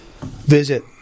visit